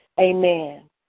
amen